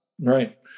Right